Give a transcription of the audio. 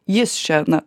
jis čia na